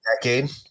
decade